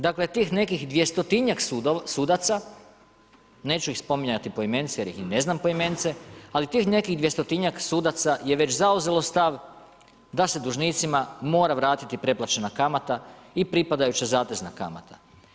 Dakle, tih nekih 200 sudaca, neću ih spominjati poimenice, jer ih i ne znam poimenice, ali tih nekih 200 sudaca, je već zauzelo stav, da se dužnicima mora vratiti preplaćena kamata i pripadajuća zatezna kamata.